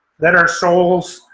that our souls,